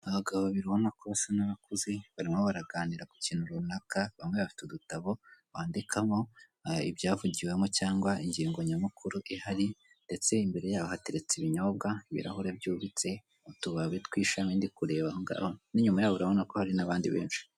Abagabo babiri ubona ko basa nk'abakuze barimo baraganira ku kintu runaka bamwe bafite udutabo bandikamo ibyavugiwemo cyangwa ingingo nyamukuru ihari ndetse imbere yabo hateretse ibinyobwa, ibirahure byubitse, utubabi tw'ishami ndi kureba aho ngaho n'inyuma yabo ubona ko hari n'abandi benshi.